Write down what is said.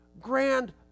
grand